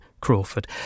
Crawford